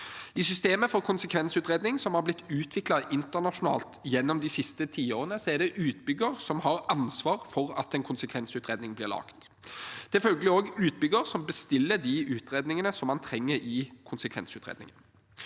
I systemet for konsekvensutredning, som har blitt utviklet internasjonalt gjennom de siste tiårene, er det utbygger som har ansvar for at en konsekvensutredning blir laget. Det er følgelig også utbygger som bestiller de utredningene man trenger i konsekvensutredningen.